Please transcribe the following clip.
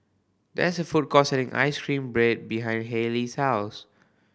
there is a food court selling ice cream bread behind Hailey's house